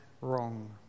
wrong